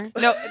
No